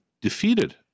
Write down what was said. defeated